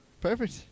Perfect